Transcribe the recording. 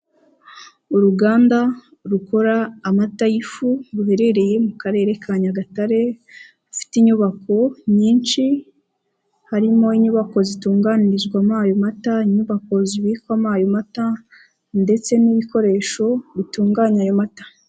Uruganda rukora amata y'ifu ruherereye mu karere ka Nyagatare, rufite inyubako nyinshi, harimo inyubako zitunganirizwamo ayo mata, inyubako zibikwamo ayo mata ndetse n'ibikoresho bitunganya ayo mata.